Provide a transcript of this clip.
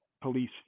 police